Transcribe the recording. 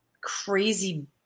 crazy